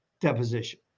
deposition